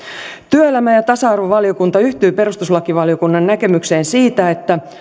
työelämä ja tasa arvovaliokunta yhtyy perustuslakivaliokunnan näkemykseen siitä että